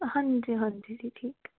ਹਾਂਜੀ ਹਾਂਜੀ ਜੀ ਠੀਕ ਹੈ